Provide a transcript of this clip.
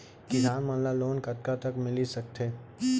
किसान मन ला लोन कतका तक मिलिस सकथे?